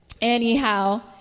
Anyhow